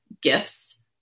gifts